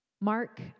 Mark